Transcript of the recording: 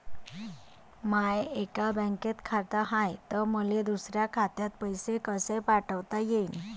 माय एका बँकेत खात हाय, त मले दुसऱ्या खात्यात पैसे कसे पाठवता येईन?